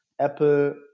Apple